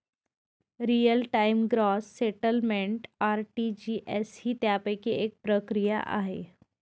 real time gross settlement RTGS ही त्यापैकी एक प्रक्रिया आहे